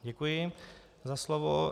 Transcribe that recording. Děkuji za slovo.